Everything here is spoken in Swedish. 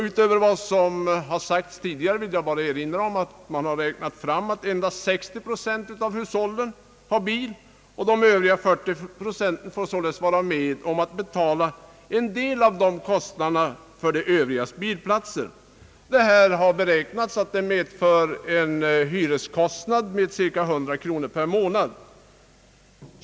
Utöver vad som förut sagts vill jag erinra om att man har räknat fram att endast 60 procent av hushållen har bil och att således de övriga 40 procenten får vara med om att betala en del av kostnaderna för de 60 procentens bilplatser. Detta beräknas innebära en hyreskostnad av cirka 100 kronor per månad.